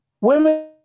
Women